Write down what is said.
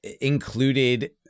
included